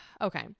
okay